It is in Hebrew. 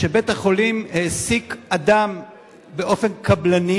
שבית-החולים העסיק באופן קבלני